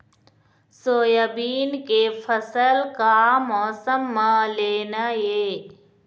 Soybean के फसल का मौसम म लेना ये?